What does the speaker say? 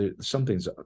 something's